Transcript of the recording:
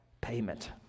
payment